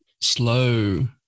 slow